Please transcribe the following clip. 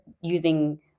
using